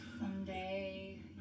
someday